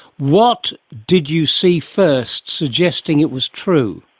what did you see first suggesting it was true?